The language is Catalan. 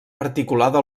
articulada